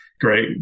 great